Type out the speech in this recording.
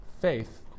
faith